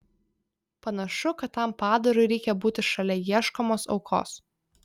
panašu kad tam padarui reikia būti šalia ieškomos aukos